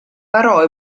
parò